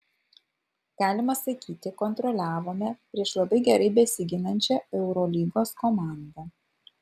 galima sakyti kontroliavome prieš labai gerai besiginančią eurolygos komandą